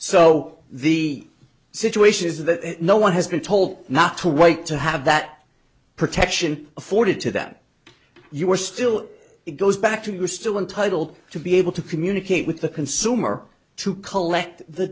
so the situation is that no one has been told not to wait to have that protection afforded to them you are still it goes back to you are still entitle to be able to communicate with the consumer to collect the